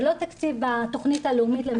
זה לא תקציב בתכנית הלאומית למניעת אובדנות.